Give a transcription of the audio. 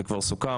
זה כבר סוכם,